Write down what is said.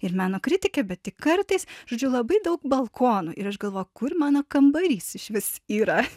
ir meno kritikė bet tik kartais žodžiu labai daug balkonų ir aš galvoju kur mano kambarys išvis yra